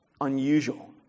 unusual